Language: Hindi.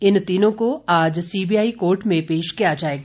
इन तीनों को आज सीबीआई कोर्ट में पेश किया जाएगा